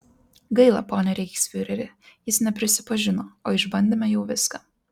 gaila pone reichsfiureri jis neprisipažino o išbandėme jau viską